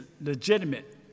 legitimate